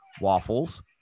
waffles